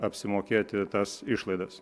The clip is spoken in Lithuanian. apsimokėti tas išlaidas